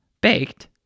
Baked